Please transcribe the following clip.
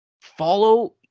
follow